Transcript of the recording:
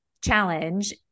challenge